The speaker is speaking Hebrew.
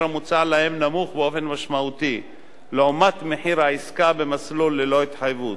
המוצע להם נמוך באופן משמעותי ממחיר העסקה במסלול ללא התחייבות.